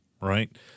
right